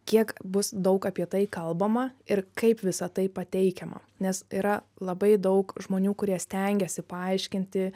kiek bus daug apie tai kalbama ir kaip visa tai pateikiama nes yra labai daug žmonių kurie stengiasi paaiškinti